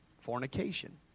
fornication